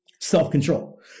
self-control